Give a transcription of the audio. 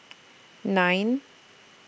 nine